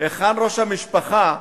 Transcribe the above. היכן ראש המשפחה,